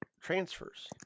transfers